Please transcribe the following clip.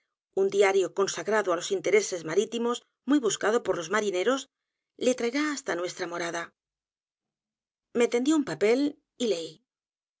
monde undiario consagrado á los intereses marítimos muy buscado por los marineros le traerá hasta nuestra morada me tendió un papel y leí